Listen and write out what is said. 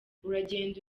uragenda